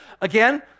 Again